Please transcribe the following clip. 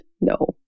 No